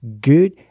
good